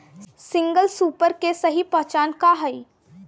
Single super के सही पहचान का हई?